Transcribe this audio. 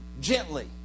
gently